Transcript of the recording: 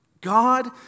God